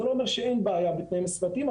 זה לא אומר שאין בעיה בתנאים סביבתיים,